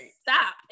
stop